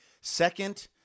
second